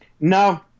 No